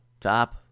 top